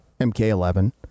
MK11